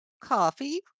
coffee